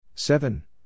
Seven